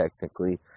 technically